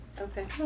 Okay